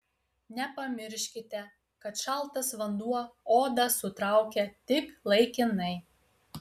nepamirškite kad šaltas vanduo odą sutraukia tik laikinai